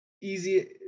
easy